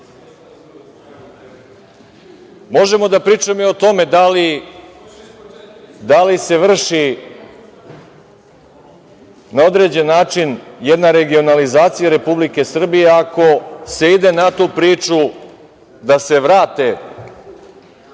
glas. Možemo da pričamo i o tome da li se vrši na određen način jedna regionalizacija Republike Srbije ako se ide na tu priču da se vrate